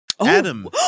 Adam